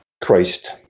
christ